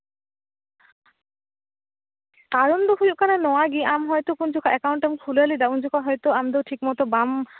ᱠᱟᱨᱚᱱ ᱫᱚ ᱦᱩᱭᱩᱜ ᱠᱟᱱᱟ ᱱᱚᱣᱟ ᱜᱮ ᱦᱳᱭᱛᱮ ᱟᱢ ᱛᱤᱱ ᱡᱚᱠᱷᱚᱡ ᱮᱠᱟᱣᱩᱱᱴᱮᱢ ᱠᱷᱩᱞᱟᱹᱣ ᱞᱮᱫᱟ ᱩᱱ ᱡᱚᱠᱷᱚᱡ ᱟᱢ ᱫᱚ ᱦᱳᱭᱛᱳ ᱴᱷᱤᱠ ᱢᱚᱛᱚ ᱵᱟᱢ